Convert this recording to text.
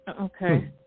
Okay